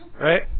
Right